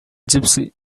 gypsy